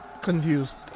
Confused